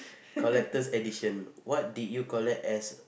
collector's edition what did you collect as